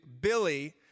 Billy